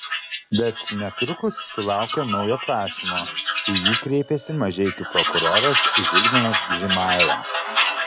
bet netrukus sulaukė naujo prašymo į jį kreipėsi mažeikių prokuroras žilvinas gžimaila